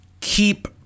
keep